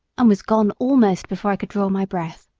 and was gone almost before i could draw my breath.